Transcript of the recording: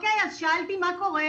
שאלתי, מה קורה?